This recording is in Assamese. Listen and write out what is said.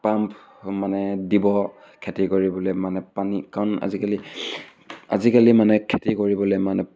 পাম্প মানে দিব খেতি কৰিবলৈ মানে পানী কাৰণ আজিকালি আজিকালি মানে খেতি কৰিবলৈ মানে